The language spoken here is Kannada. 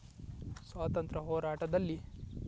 ಸ್ವಾತಂತ್ರ್ಯ ಹೋರಾಟದಲ್ಲಿ